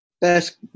Best